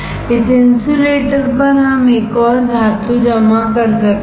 इस इन्सुलेटर पर हम एक और धातु जमा कर सकते हैं